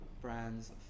brands